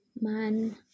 man